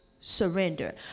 surrender